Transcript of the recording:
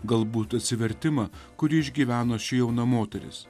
galbūt atsivertimą kurį išgyveno ši jauna moteris